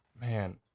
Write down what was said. Man